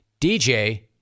DJ